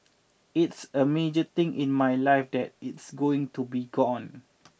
it's a major thing in my life that it's going to be gone